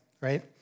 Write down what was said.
right